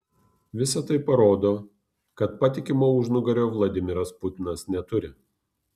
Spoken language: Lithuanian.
visa tai parodo kad patikimo užnugario vladimiras putinas neturi